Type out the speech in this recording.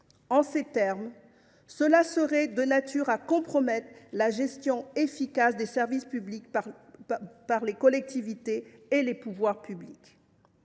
En ces termes, cela serait de nature à compromettre la gestion efficace des services publics par les collectivités et les pouvoirs publics.